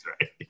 right